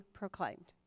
proclaimed